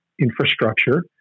infrastructure